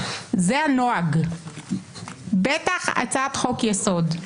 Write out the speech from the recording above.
זה הנוהג, בטח הצעת חוק-יסוד.